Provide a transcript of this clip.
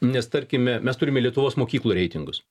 nes tarkime mes turime lietuvos mokyklų reitingus